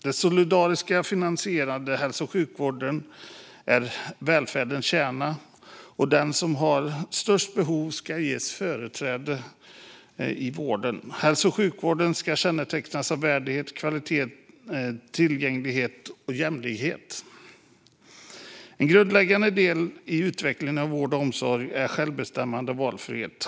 Den solidariskt finansierade hälso och sjukvården är välfärdens kärna, och den som har störst behov ska ges företräde i vården. Hälso och sjukvården ska kännetecknas av värdighet, kvalitet, tillgänglighet och jämlikhet. En grundläggande del i utvecklingen av vård och omsorg är självbestämmande och valfrihet.